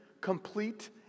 complete